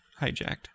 hijacked